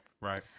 Right